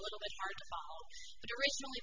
little bit hard but originally